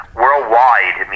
worldwide